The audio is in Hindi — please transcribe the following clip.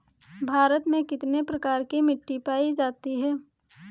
भारत में कितने प्रकार की मिट्टी पायी जाती है?